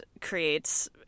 creates